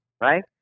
right